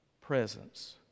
presence